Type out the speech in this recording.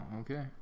okay